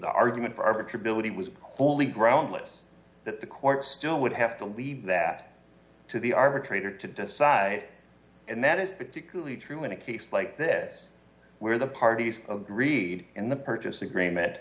the argument for arbiter billeted was pulling groundless that the court still would have to leave that to the arbitrator to decide and that is particularly true in a case like this where the parties agreed in the purchase agreement